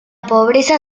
pobreza